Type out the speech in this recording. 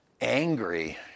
angry